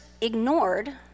ignored